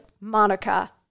MONICA